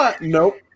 nope